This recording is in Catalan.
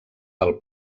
del